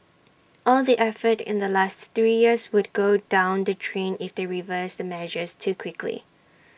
all the effort in the last three years would go down the drain if they reverse the measures too quickly